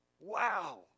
Wow